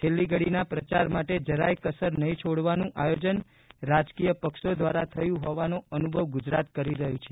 છેલ્લી ઘડીના પ્રચાર માટે જરાય કસર નહીં છોડવાનું આયોજન રાજકીય પક્ષો દ્વારા થયું હોવાનો અનુભવ ગુજરાત કરી રહ્યું છે